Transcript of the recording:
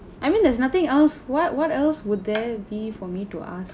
I mean there's nothing else what what else would there be for me to ask